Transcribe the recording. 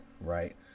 Right